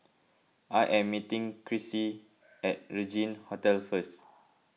I am meeting Crissy at Regin Hotel first